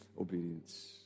obedience